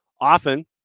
Often